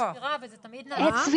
סבירה זה כולל.